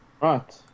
Right